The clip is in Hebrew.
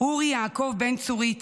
אורי יעקב בן צורית,